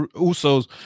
Uso's